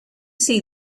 see